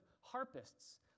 harpists